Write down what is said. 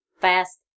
fast